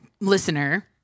listener